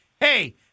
hey